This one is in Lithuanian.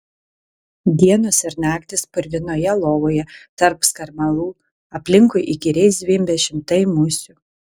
dienos ir naktys purvinoje lovoje tarp skarmalų aplinkui įkyriai zvimbia šimtai musių